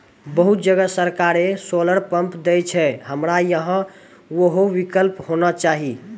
बहुत जगह सरकारे सोलर पम्प देय छैय, हमरा यहाँ उहो विकल्प होना चाहिए?